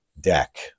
deck